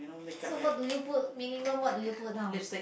so what do you put minimum what do you put now